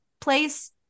place